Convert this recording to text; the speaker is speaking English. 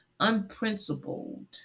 unprincipled